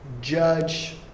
judge